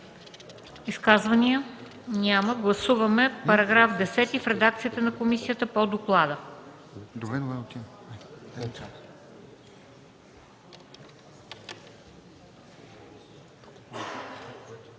Изказвания няма. Гласуваме новия § 9 в редакцията на комисията по доклада.